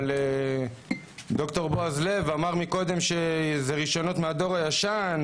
אבל ד"ר בועז לב אמר קודם שאלה רישיונות מהדור הישן,